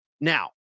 Now